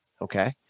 okay